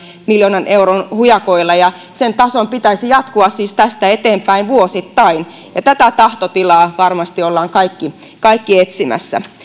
miljoonan euron hujakoilla ja sen tason pitäisi siis jatkua tästä eteenpäin vuosittain tätä tahtotilaa ollaan varmasti kaikki etsimässä